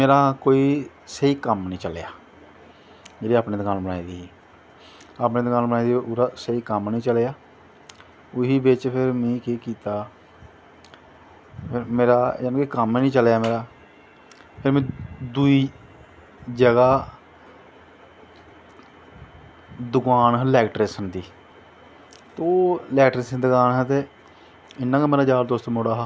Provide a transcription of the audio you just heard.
मेरा कोई स्हेई कम्म नी चलेआ जेह्ड़ी अपनी दकान बनाई दी ही अपनी दकान बनाई दी ही ओह्दा स्हेई कम्म नी तलेआ ओह्दे बिच्च फिर में केह् कीता मेरा जानि के कम्म गै नी चलेआ मेरा फिर में दुई जगाह् दकान ही इलैक्ट्रिशन दी तो ओह् इलैक्ट्रिशन दी दकान ही ते इयां गै मेरा यार दोस्त मुड़ा हा